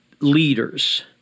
leaders